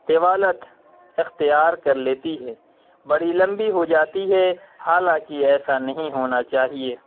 طوالت اختیار کر لیتی ہے بڑی لمبی ہو جاتی ہے حالانکہ ایسا نہیں ہونا چاہیے